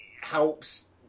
helps